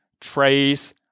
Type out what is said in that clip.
trays